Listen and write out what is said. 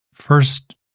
First